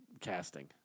casting